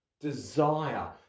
desire